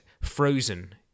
frozen